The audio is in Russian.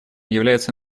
является